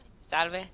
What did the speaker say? Salve